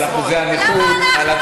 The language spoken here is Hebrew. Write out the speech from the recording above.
על אחוזי הנכות,